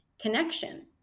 connection